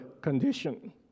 condition